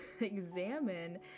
examine